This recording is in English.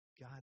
God